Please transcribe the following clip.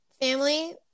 family